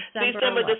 December